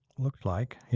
looks like. yes,